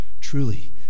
Truly